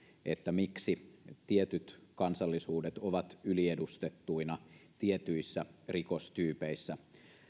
miksi tietyt kansallisuudet ovat yliedustettuina tietyissä rikostyypeissä